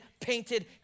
painted